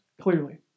clearly